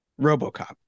RoboCop